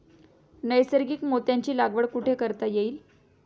नैसर्गिक मोत्यांची लागवड कुठे करता येईल?